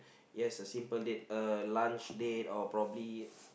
yes a simple date a lunch date or probably